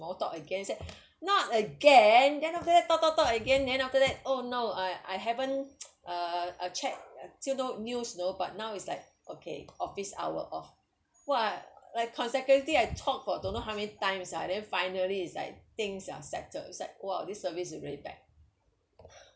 more talk again I say not again then after that talk talk talk again then after that oh no I I haven't uh uh check still no news though but now it's like okay office hour off !wah! like consecutively I talk for don't know how many times ah then finally is like things are settle I was like !wah! this service is really bad